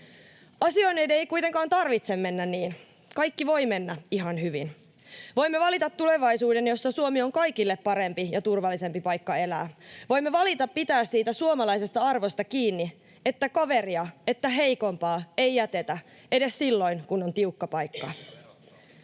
Asioiden ei kuitenkaan tarvitse mennä niin, kaikki voi mennä ihan hyvin. Voimme valita tulevaisuuden, jossa Suomi on kaikille parempi ja turvallisempi paikka elää. Voimme valita pitää siitä suomalaisesta arvosta kiinni, että kaveria ja heikompaa ei jätetä, edes silloin, kun on tiukka paikka.